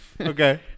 okay